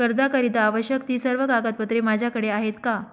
कर्जाकरीता आवश्यक ति सर्व कागदपत्रे माझ्याकडे आहेत का?